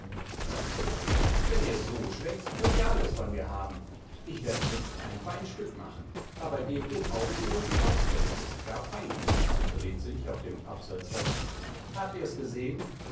casperle wenn ihr so schwätzt könnt ihr alles von mir haben ich werd itzt ein fein stück machen aber gebt den augen wohl die kost denn es ist gar fein dreht sich auf dem absatz herum habt ihrs gesehn